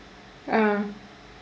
ah